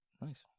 Nice